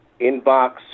inbox